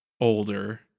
older